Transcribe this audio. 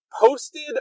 posted